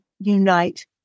unite